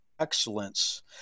excellence